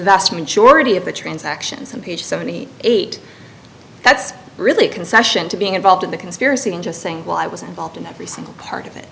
vast majority of the transactions on page seventy eight that's really a concession to being involved in the conspiracy and just saying well i was involved in every single part of